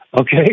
okay